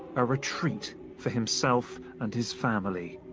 a retreat for himself and his family.